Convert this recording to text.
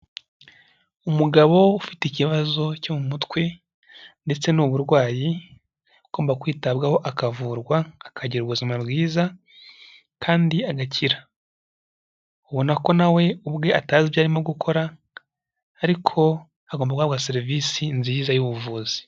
Umugabo ufite ikibazo cyo mu mutwe ndetse ni uburwayi ugomba kwitabwaho akavurwa akagira ubuzima bwiza kandi agakira, ubona ko na we ubwe atazi ibyo arimo gukora ariko aagomba guhabwa serivisi nziza y'ubuvuzi.